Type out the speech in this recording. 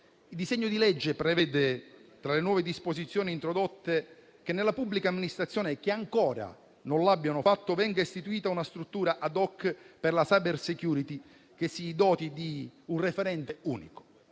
Il disegno di legge prevede, tra le nuove disposizioni introdotte, che nelle pubbliche amministrazioni che ancora non l'abbiano fatto venga istituita una struttura *ad hoc* per la *cybersecurity* che si doti di un referente unico.